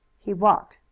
he walked.